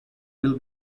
will